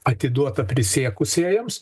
atiduota prisiekusiejiems